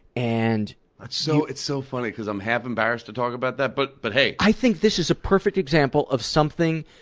and glass so it's so funny, because i'm half embarrassed to talk about that, but, but hey. i think this is a perfect example of something,